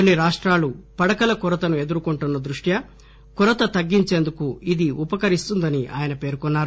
కొన్ని రాష్ట్రాలు పడకల కొరతను ఎదుకొంటున్న దృష్ట్యా కొరత తగ్గించేందుకు ఇది ఉపకరిస్తుందని ఆయన పేర్కొన్నారు